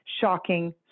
shocking